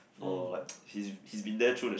for like he's he's been there through the shit